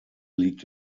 liegt